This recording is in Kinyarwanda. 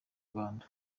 rwanda